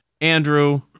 Andrew